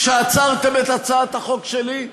כשעצרתם את הצעת החוק שלי?